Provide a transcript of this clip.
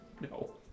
No